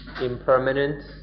impermanent